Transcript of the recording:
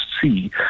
see